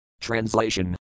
Translation